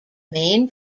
main